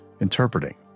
interpreting